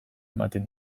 ematen